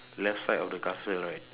left side of the castle right